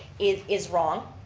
is is wrong.